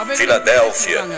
Philadelphia